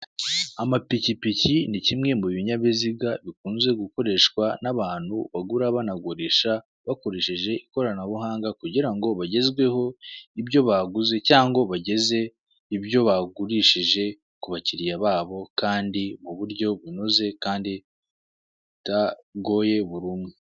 Amapikipiki ni kimwe mu binyabiziga bikunze gukoreshwa n'abantu bagura banagurisha bakoresheje ikoranabuhanga kugira ngo bagezweho ibyo baguze cyangwa bageze ibyo bagurishije ku bakiriya babo, kandi mu buryo bunoze, kandi butagoye buri umwe.